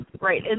Right